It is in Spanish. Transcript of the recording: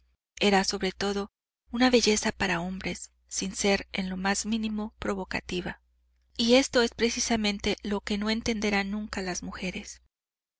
era sobre todo una belleza para hombres sin ser en lo más mínimo provocativa y esto es precisamente lo que no entenderán nunca las mujeres